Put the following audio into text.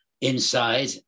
inside